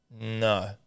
No